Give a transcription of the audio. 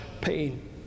pain